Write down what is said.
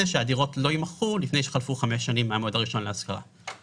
שהדירות לא יימכרו לפני שחלפו חמש שנים מהמועד הראשון להשכרה.